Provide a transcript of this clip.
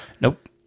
Nope